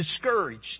discouraged